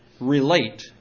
relate